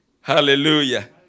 Hallelujah